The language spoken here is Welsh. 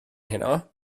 heno